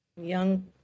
young